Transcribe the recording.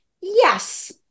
Yes